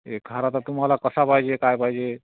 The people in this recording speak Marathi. एक हार आता तुम्हाला कसा पाहिजे काय पाहिजे